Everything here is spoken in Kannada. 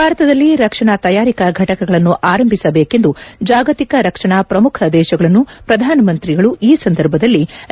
ಭಾರತದಲ್ಲಿ ರಕ್ಷಣಾ ತಯಾರಿಕಾ ಫಟಕಗಳನ್ನು ಆರಂಭಿಸಬೇಕೆಂದು ಜಾಗತಿಕ ರಕ್ಷಣಾ ಪ್ರಮುಖ ದೇಶಗಳನ್ನು ಪ್ರಧಾನಮಂತ್ರಿ ಈ ಸಂದರ್ಭದಲ್ಲಿ ಆಹ್ವಾನಿಸಿದರು